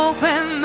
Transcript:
Open